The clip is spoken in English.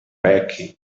back